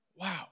Wow